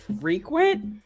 frequent